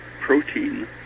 protein